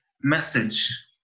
message